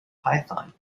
python